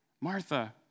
Martha